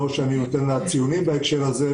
לא שאני נותן לה ציונים בהקשר הזה,